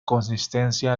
consistencia